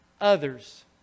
others